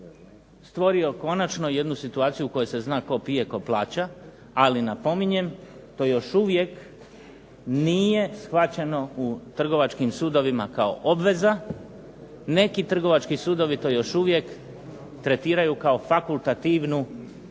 stvorio konačno jednu situaciju u kojoj se zna tko pije tko plaća. Ali napominjem to još uvijek nije shvaćeno u trgovačkim sudovima kao obveza. Neki trgovački sudova to još uvijek tretiraju kao fakultativno